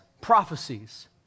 prophecies